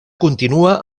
continua